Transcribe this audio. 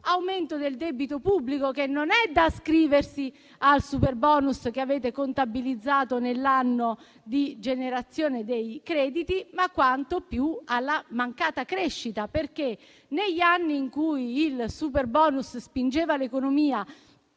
L'aumento del debito pubblico non è da ascriversi al super bonus, che avete contabilizzato nell'anno di generazione dei crediti, ma quanto più alla mancata crescita. Negli anni in cui il superbonus spingeva l'economia